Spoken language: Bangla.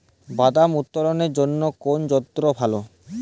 বাদাম উত্তোলনের জন্য কোন যন্ত্র ভালো?